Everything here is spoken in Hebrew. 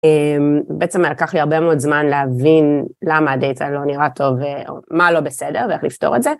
אמ... בעצם ה-לקח לי הרבה מאוד זמן להבין... למה ה-data לא נראה טוב, ו...מה לא בסדר, ואיך לפתור את זה.